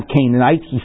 Canaanite